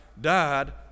died